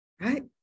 right